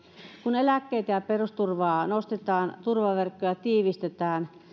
kun eläkkeitä ja perusturvaa nostetaan turvaverkkoja tiivistetään